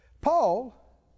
Paul